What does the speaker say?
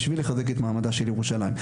בשביל לחזק את מעמדה של ירושלים.